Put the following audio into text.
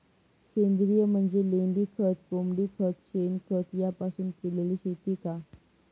सेंद्रिय म्हणजे लेंडीखत, कोंबडीखत, शेणखत यापासून केलेली शेती का?